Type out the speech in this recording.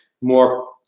more